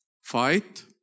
fight